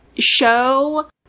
show